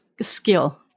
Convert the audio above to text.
skill